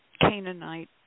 Canaanite